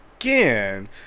again